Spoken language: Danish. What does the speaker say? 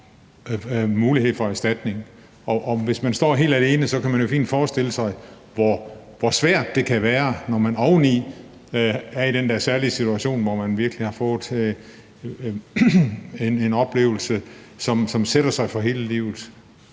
muligheden for erstatning. Og hvis man står helt alene, kan man jo fint forestille sig, hvor svært det kan være, når man oveni er i den der særlige situation, hvor man virkelig har fået en oplevelse, som sætter sig i en for hele livet.